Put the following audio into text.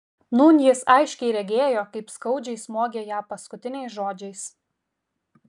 nūn jis aiškiai regėjo kaip skaudžiai smogė ją paskutiniais žodžiais